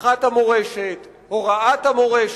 הנצחת המורשת, הוראת המורשת,